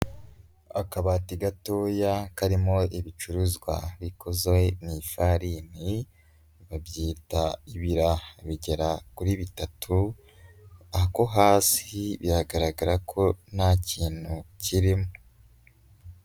Akabati gatoya karimo ibicuruzwa bikozwe mu ifarini babyita ibiraha, bigera kuri bitatu, ako hasi biragaragara ko nta kintu kirimo.